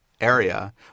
area